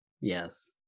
Yes